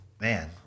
man